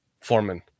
Foreman